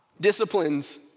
disciplines